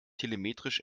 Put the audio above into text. telemetrisch